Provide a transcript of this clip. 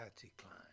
decline